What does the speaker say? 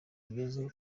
rugeze